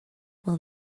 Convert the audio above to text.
will